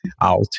out